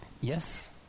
Yes